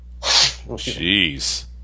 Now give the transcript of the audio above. Jeez